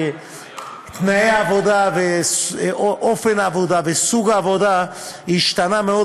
שתנאי העבודה ואופן העבודה וסוג העבודה השתנו מאוד